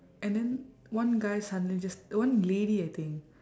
and then one guy suddenly just one lady I think